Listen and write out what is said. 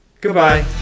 Goodbye